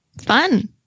Fun